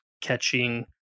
catching